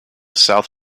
south